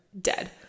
dead